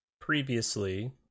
previously